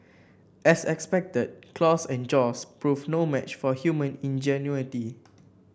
as expected claws and jaws proved no match for human ingenuity